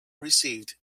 received